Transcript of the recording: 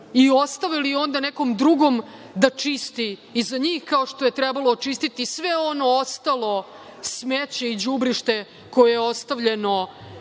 i ostavili onda nekom drugom da čisti iza njih, kao što je trebalo očistiti sve ono ostalo smeće i đubrište koje je ostavljeno